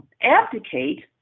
abdicate